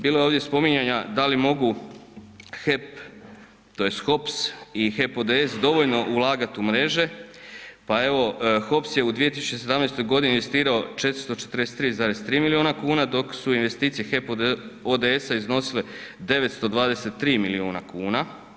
Bilo je ovdje spominjanja da li mogu HEP, tj. HOPS i HEP ODS dovoljno ulagati u mreže, pa evo, HOPS je u 2017. godini investirao 443,3 milijuna kuna, dok su investicije HEP ODS iznosile 923 milijuna kuna.